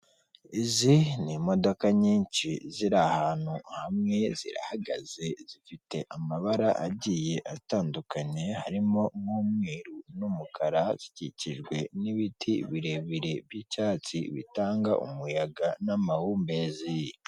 Izi ni imodoka nyinshi ziri ahantu hamwe zirahagaze, zifite amabara agiye atandukanye harimo n'umweru n'umukara, zikikijwe n'ibiti birebire by'icyatsi bitanga umuyaga n'amahumbezi.